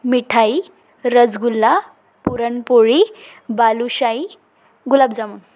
Mithai rasgulla puranpoli balushahi gulab jamun